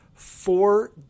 Four